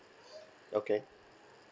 okay